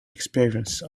experience